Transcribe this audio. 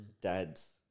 dads